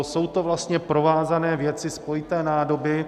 Jsou to vlastně provázané věci, spojité nádoby.